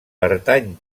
pertany